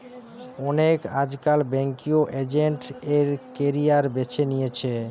অনেকে আজকাল banking agent এর ক্যারিয়ার বেছে নিতেছে